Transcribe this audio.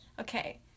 okay